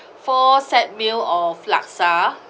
four set meal of laksa